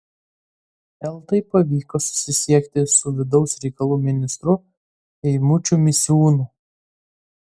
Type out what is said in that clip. eltai pavyko susisiekti su vidaus reikalų ministru eimučiu misiūnu